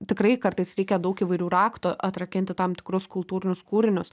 tikrai kartais reikia daug įvairių raktų atrakinti tam tikrus kultūrinius kūrinius